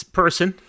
person